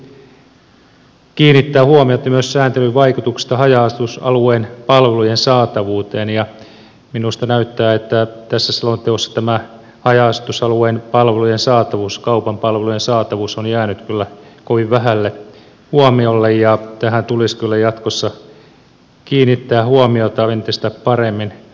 tässä selonteossa tuli kiinnittää huomiota myös sääntelyn vaikutuksiin haja asutusalueen palvelujen saatavuuteen ja minusta näyttää että tässä selonteossa tämä haja asutusalueen palvelujen saatavuus kaupan palvelujen saatavuus on jäänyt kyllä kovin vähälle huomiolle ja tähän tulisi kyllä jatkossa kiinnittää huomiota entistä paremmin